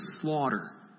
slaughter